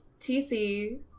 tc